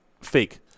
fake